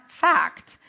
fact